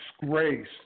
disgrace